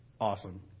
Awesome